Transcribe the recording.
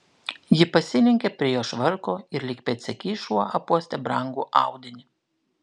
ji pasilenkė prie jo švarko ir lyg pėdsekys šuo apuostė brangų audinį